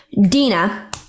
Dina